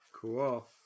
Cool